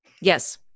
Yes